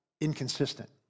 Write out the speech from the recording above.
inconsistent